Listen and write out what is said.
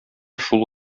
шул